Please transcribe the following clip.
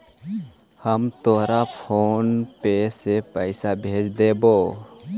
हम तोरा PhonePe से पईसा भेज देबो